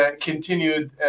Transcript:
continued